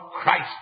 Christ